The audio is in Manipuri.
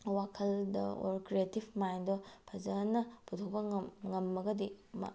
ꯋꯥꯈꯜꯗ ꯑꯣꯔ ꯀ꯭ꯔꯦꯇꯤꯞ ꯃꯥꯏꯟꯗ ꯐꯖꯅ ꯄꯨꯊꯣꯛꯄ ꯉꯝꯃꯒꯗꯤ ꯃꯥ